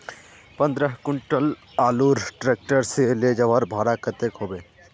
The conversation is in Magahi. पंद्रह कुंटल आलूर ट्रैक्टर से ले जवार भाड़ा कतेक होबे?